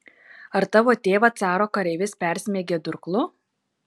ar tavo tėvą caro kareivis persmeigė durklu